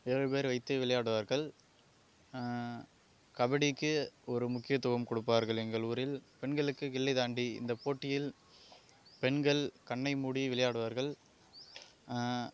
ஏழு பேர் வைத்து விளையாடுவார்கள் கபடிக்கு ஒரு முக்கியத்துவம் கொடுப்பார்கள் எங்கள் ஊரில் பெண்களுக்கு கில்லி தாண்டி இந்த போட்டியில் பெண்கள் கண்ணை மூடி விளையாடுவார்கள்